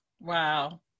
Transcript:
Wow